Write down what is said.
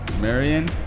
Marion